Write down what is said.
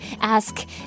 ask